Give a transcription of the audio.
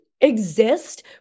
exist